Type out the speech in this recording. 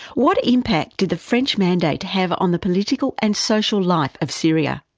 what impact did the french mandate have on the political and social life of syria?